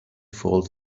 fall